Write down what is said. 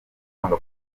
kwanga